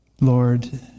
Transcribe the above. Lord